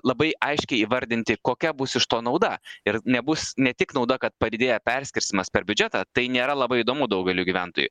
labai aiškiai įvardinti kokia bus iš to nauda ir nebus ne tik nauda kad padidėja perskirstymas per biudžetą tai nėra labai įdomu daugeliui gyventojų